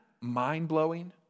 mind-blowing